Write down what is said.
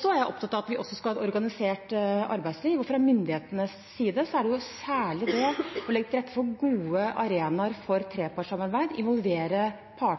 Så er jeg opptatt av at vi også skal ha et organisert arbeidsliv. Fra myndighetenes side gjelder det særlig å legge til rette for gode arenaer for